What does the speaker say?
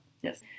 Yes